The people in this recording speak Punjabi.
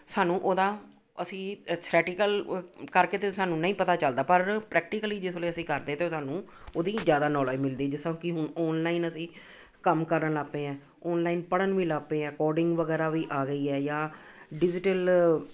ਸਾਨੂੰ ਉਹਦਾ ਅਸੀਂ ਅ ਥਰੈਟੀਕਲ ਕਰਕੇ ਤਾਂ ਸਾਨੂੰ ਨਹੀਂ ਪਤਾ ਚੱਲਦਾ ਪਰ ਪ੍ਰੈਕਟੀਕਲੀ ਜਿਸ ਵੇਲੇ ਅਸੀਂ ਕਰਦੇ ਤਾਂ ਉਹ ਸਾਨੂੰ ਉਹਦੀ ਜ਼ਿਆਦਾ ਨੌਲੇਜ ਮਿਲਦੀ ਜਿਸ ਤਰ੍ਹਾਂ ਕਿ ਹੁਣ ਔਨਲਾਈਨ ਅਸੀਂ ਕੰਮ ਕਰਨ ਲੱਗ ਪਏ ਹਾਂ ਔਨਲਾਈਨ ਪੜ੍ਹਨ ਵੀ ਲੱਗ ਪਏ ਹਾਂ ਕੋਡਿੰਗ ਵਗੈਰਾ ਵੀ ਆ ਗਈ ਆ ਜਾਂ ਡਿਜ਼ੀਟਲ